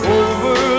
over